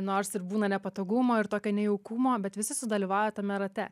nors ir būna nepatogumo ir tokio nejaukumo bet visi sudalyvauja tame rate